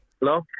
Hello